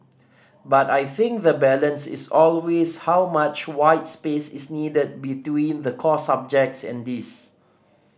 but I think the balance is always how much white space is needed between the core subjects and this